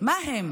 מה הם?